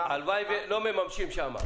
והם בנו אותו לעשר מכסות ויותר.